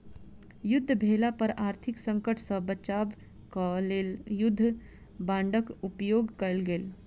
युद्ध भेला पर आर्थिक संकट सॅ बचाब क लेल युद्ध बांडक उपयोग कयल गेल